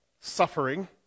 suffering